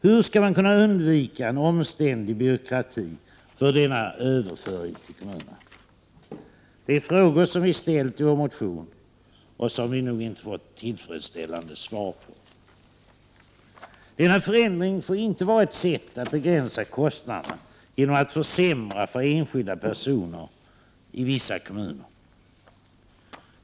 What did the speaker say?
Hur skall man kunna undvika en omständlig byråkrati för denna överföring till kommunerna? Det är frågor som vi ställt i vår motion och som vi inte fått något tillfredsställande svar på. Denna förändring får inte vara ett sätt att begränsa kostnaderna, genom att försämra för enskilda personer i vissa kommuner.